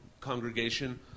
congregation